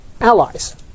allies